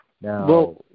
Now